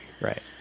right